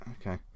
okay